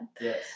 Yes